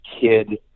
kid